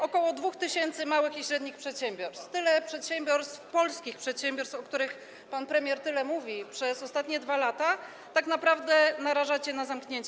Około 2 tys. małych i średnich przedsiębiorstw - tyle przedsiębiorstw, polskich przedsiębiorstw, o których pan premier tyle mówi przez ostatnie 2 lata, tak naprawdę narażacie na zamknięcie.